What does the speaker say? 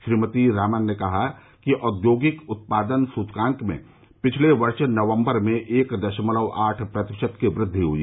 श्रीमती सीतारामन ने कहा कि औद्योगिक उत्पादन सूचकांक में पिछले वर्ष नवम्बर में एक दशमलव आठ प्रतिशत की वृद्वि हुई